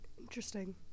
Interesting